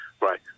right